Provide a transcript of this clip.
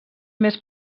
més